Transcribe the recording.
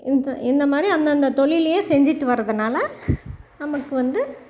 இந்து இந்த மாதிரி அந்தந்த தொழிலையே செஞ்சுட்டு வரதுனால் நமக்கு வந்து